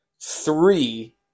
three